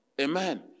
Amen